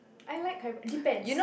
I like karipap depends